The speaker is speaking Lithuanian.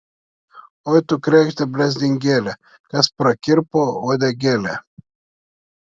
oi tu kregžde blezdingėle kas prakirpo uodegėlę